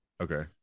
Okay